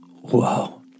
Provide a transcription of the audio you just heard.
Whoa